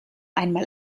einmal